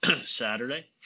Saturday